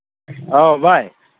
ꯑꯥꯎ ꯚꯥꯏ